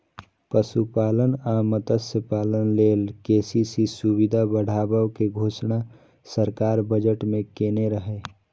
पशुपालन आ मत्स्यपालन लेल के.सी.सी सुविधा बढ़ाबै के घोषणा सरकार बजट मे केने रहै